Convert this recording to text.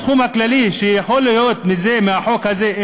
הסכום הכללי שיכול להיות מהחוק הזה,